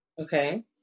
Okay